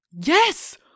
yes